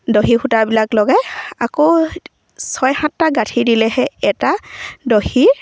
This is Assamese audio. দহী সূতাবিলাক লগাই আকৌ ছয় সাতটা গাঁঠি দিলেহে এটা দহীৰ